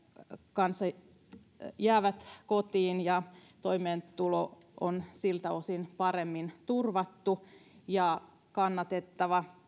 kanssa jäävät kotiin toimeentulo on siltä osin paremmin turvattu tämä on kannatettava